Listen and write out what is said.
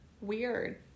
weird